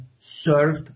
served